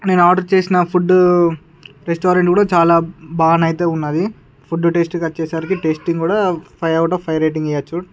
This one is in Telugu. నేను ఆర్డర్ చేసిన ఫుడ్ రెస్టారెంట్ కూడా చాలా బాగానైతే ఉన్నది ఫుడ్ టేస్ట్ కోచ్చేసరికి టేస్టింగ్ కూడా five out of five rating ఇయ్యచ్చు